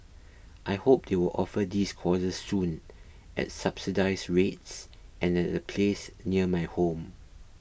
I hope they will offer these courses soon at subsidised rates and at a place near my home